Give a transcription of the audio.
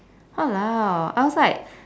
!walao! I was like